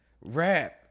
rap